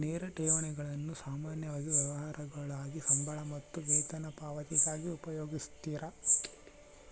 ನೇರ ಠೇವಣಿಗಳನ್ನು ಸಾಮಾನ್ಯವಾಗಿ ವ್ಯವಹಾರಗುಳಾಗ ಸಂಬಳ ಮತ್ತು ವೇತನ ಪಾವತಿಗಾಗಿ ಉಪಯೋಗಿಸ್ತರ